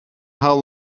how